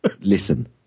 Listen